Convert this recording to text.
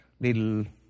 little